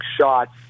shots